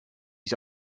his